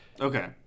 Okay